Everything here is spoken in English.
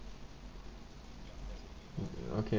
mm okay